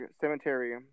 Cemetery